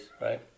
right